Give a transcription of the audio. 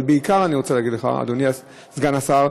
אבל בעיקר אני רוצה להגיד לך, אדוני סגן השר: